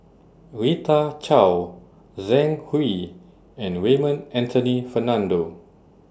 Rita Chao Zhang Hui and Raymond Anthony Fernando